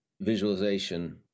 visualization